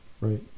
Right